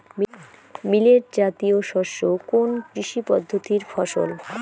Millet জাতীয় শস্য কোন কৃষি পদ্ধতির ফসল?